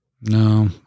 no